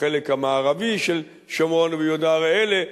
בחלק המערבי של שומרון ויהודה, הרי אלה,